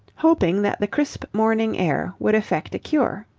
hoping that the crisp morning air would effect a cure.